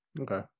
okay